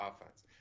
offense